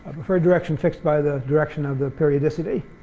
preferred direction fixed by the direction of the periodicity?